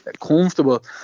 comfortable